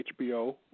HBO